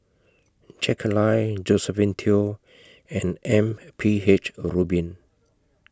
Jack Lai Josephine Teo and M P H Rubin